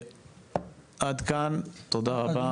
עד כאן, תודה רבה.